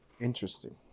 Interesting